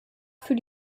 für